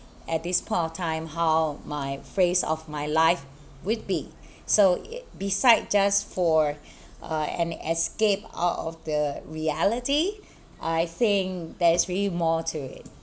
at this point of time how my phase of my life would be so beside just for an escape out of the reality I think there's really more to it